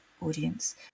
audience